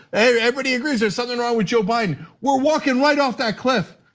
everybody agrees there's something wrong with joe biden. we're walking right off that cliff.